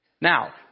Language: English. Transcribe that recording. Now